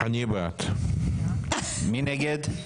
מי נגד?